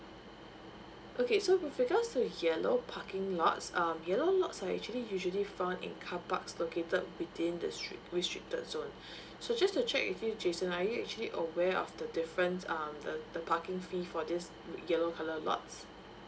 okay with regards to yellow parking lots um yellow lots are actually usually found in carparks located within the strict restricted zone so just to check with you jason are you actually aware of the difference um the the parking fee for these yellow colour lots